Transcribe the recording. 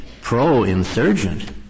pro-insurgent